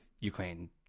Ukraine